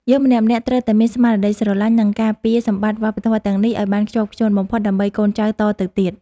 យើងម្នាក់ៗត្រូវតែមានស្មារតីស្រឡាញ់ និង ការពារសម្បត្តិវប្បធម៌ទាំងនេះឱ្យបានខ្ជាប់ខ្ជួនបំផុតដើម្បីកូនចៅតទៅទៀត។